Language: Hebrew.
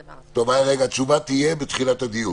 התשובה תהיה בתחילת הדיון.